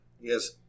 Yes